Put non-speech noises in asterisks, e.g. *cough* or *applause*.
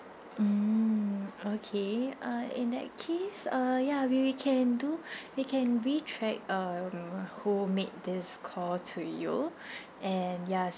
mm okay uh in that case uh ya we we can do *breath* we can re track um who made this call to you *breath* and ya